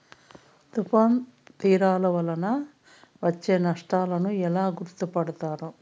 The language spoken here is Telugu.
తుఫాను తీరాలు వలన వచ్చే నష్టాలను ఎలా గుర్తుపడతారు?